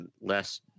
less